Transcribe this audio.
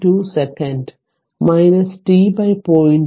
2 second t 0